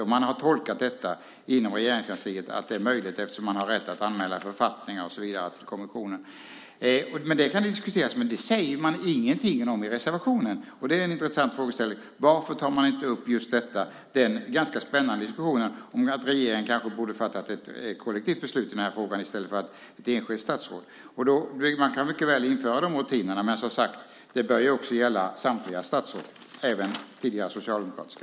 Inom Regeringskansliet har man tolkat det som att det är möjligt eftersom man har rätt att anmäla författningar och så vidare till kommissionen. Det kan diskuteras, men det sägs ingenting om det i reservationen. Det är en intressant frågeställning. Varför tar man inte upp den ganska spännande diskussionen om att regeringen kanske borde ha fattat ett kollektivt beslut i frågan i stället för att låta ett enskilt statsråd göra det? Man kan mycket väl införa de rutinerna. Men det bör som sagt gälla samtliga statsråd, även tidigare socialdemokratiska.